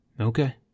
Okay